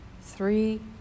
three